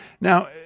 Now